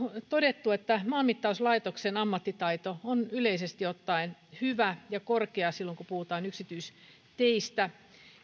todettu että maanmittauslaitoksen ammattitaito on yleisesti ottaen hyvä ja korkea silloin kun puhutaan yksityisteistä